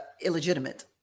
illegitimate